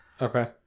Okay